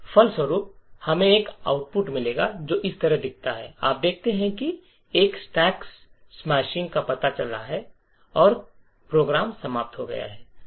फल स्वरूप हमें एक आउटपुट मिलेगा जो इस तरह दिखता है आप देखते हैं कि एक स्टैक स्मैशिंग का पता चला है और कार्यक्रम समाप्त हो गया है